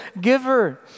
giver